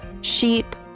sheep